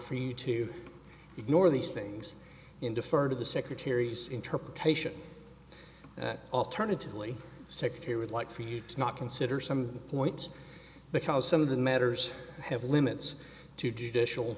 three to ignore these things in defer to the secretary's interpretation alternatively secretary would like for you to not consider some point because some of the matters have limits to judicial